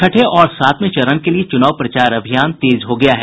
छठे और सातवें चरण के लिये चूनाव प्रचार अभियान तेज हो गया है